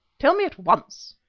tell me at once.